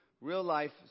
real-life